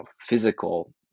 physical